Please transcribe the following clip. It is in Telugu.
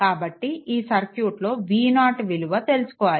కాబట్టి ఈ సర్క్యూట్లో v0 విలువ తెలుసుకోవాలి